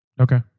Okay